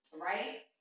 Right